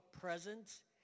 presence